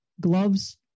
gloves